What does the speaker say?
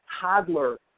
toddler